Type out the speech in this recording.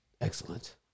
Excellent